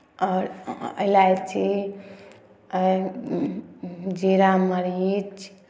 आओर इलायची जीरा मरीच